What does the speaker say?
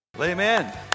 Amen